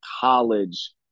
college